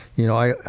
you know,